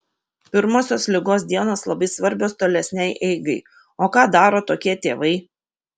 pirmosios ligos dienos labai svarbios tolesnei eigai o ką daro tokie tėvai